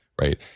right